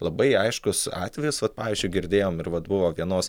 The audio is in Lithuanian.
labai aiškus atvejis vat pavyzdžiui girdėjom ir vat buvo vienos